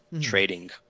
trading